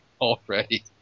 already